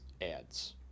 ads